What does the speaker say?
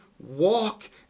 walk